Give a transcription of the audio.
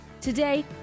Today